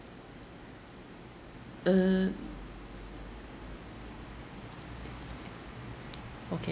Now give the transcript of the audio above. uh okay